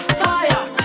fire